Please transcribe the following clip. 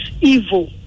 evil